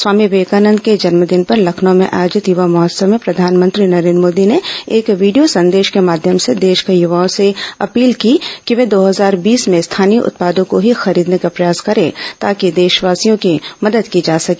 स्वामी विवेकानंद के जन्मदिन पर लखनऊ में आयोजित युवा महोत्सव में प्रधानमंत्री नरेन्द्र मोदी ने एक वीडियो संदेश के माध्यम से देश के युवाओं से अपील की कि वे ॅवर्ष दो हजार बीस में स्थानीय उत्पादों को ही खरीदने का प्रयास करें ताकि देशवासियों की मदद की जा सके